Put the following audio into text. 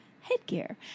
headgear